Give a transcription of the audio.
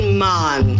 man